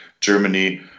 germany